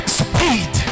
speed